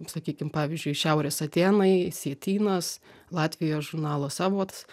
sakykim pavyzdžiui šiaurės atėnai sietynas latvijos žurnalas avots